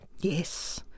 Yes